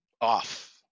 Off